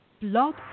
Blog